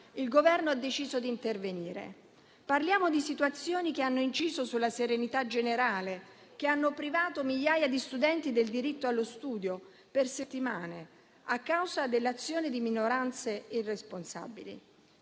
il Governo ha deciso di intervenire. Parliamo di situazioni che hanno inciso sulla serenità generale, che hanno privato migliaia di studenti del diritto allo studio per settimane a causa dell'azione di minoranze irresponsabili.